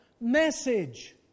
message